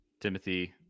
Timothy